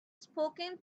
spoken